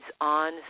on